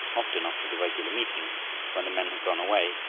often, after the regular meetings when the men had gone away,